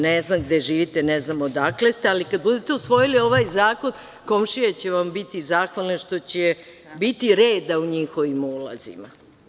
Ne znam gde živite, ne znam odakle ste, ali kada budete usvojili ovaj zakon komšije će vam biti zahvalne što će biti reda u njihovim ulazima.